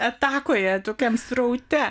atakoje tokiam sraute